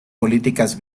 políticas